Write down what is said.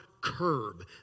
curb